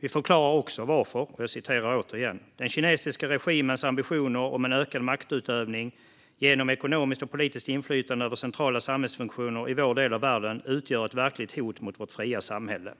Vi förklarar också varför: "Den kinesiska regimens ambitioner om en ökad maktutövning genom ekonomiskt och politiskt inflytande över centrala samhällsfunktioner i vår del av världen utgör ett verkligt hot mot vårt fria samhälle."